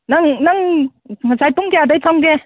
ꯅꯪ ꯅꯪ ꯉꯁꯥꯏ ꯄꯨꯡ ꯀꯌꯥꯗꯒꯤ ꯐꯝꯒꯦ